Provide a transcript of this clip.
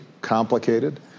complicated